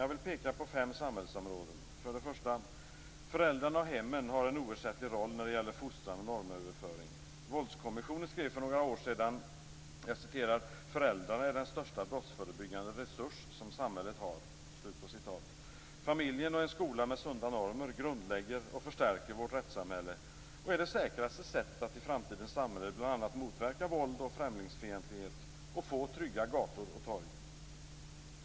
Jag vill peka på fem samhällsområden: För det första: Föräldrarna och hemmen har en oersättlig roll när det gäller fostran och normöverföring. Våldskommissionen skrev för några år sedan: "Föräldrarna är den största brottsförebyggande resurs som samhället har." Familjen och en skola med sunda normer grundlägger och förstärker vårt rättssamhälle och är det säkraste sättet att i framtidens samhälle bl.a. motverka våld, främlingsfientlighet och få trygga gator och torg.